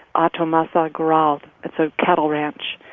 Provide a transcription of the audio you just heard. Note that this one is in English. ah hato masaguaral it's a cattle ranch.